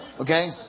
Okay